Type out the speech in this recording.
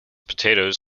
potatoes